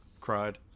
Cried